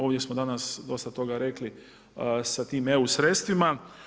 Ovdje smo danas dosta toga rekli sa tim EU sredstvima.